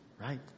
right